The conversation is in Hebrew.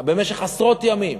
במשך עשרות ימים,